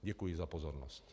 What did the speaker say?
Děkuji za pozornost.